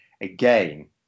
again